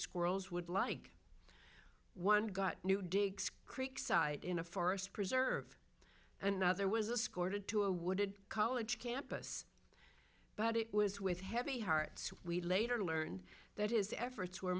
squirrels would like one got new digs creek site in a forest preserve another was a scored to a wooded college campus but it was with heavy hearts we later learned that his efforts were